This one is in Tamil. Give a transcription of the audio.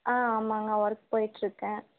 ஆ ஆமாம்ங்க ஒர்க் போய்ட்டுருக்கேன்